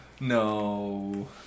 No